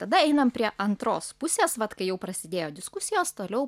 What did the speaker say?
tada einam prie antros pusės vat kai jau prasidėjo diskusijos toliau